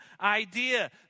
idea